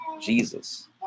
Jesus